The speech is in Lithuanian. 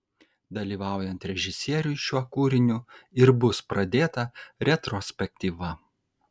dalyvaujant režisieriui šiuo kūriniu ir bus pradėta retrospektyva